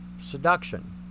seduction